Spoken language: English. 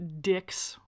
Dick's